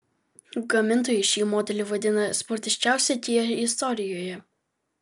gamintojai šį modelį vadina sportiškiausiu kia istorijoje